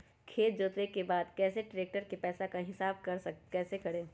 खेत जोते के बाद कैसे ट्रैक्टर के पैसा का हिसाब कैसे करें?